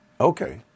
Okay